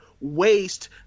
waste